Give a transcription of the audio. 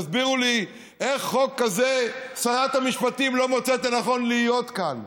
תסבירו לי איך בחוק כזה שרת המשפטים לא מוצאת לנכון להיות כאן?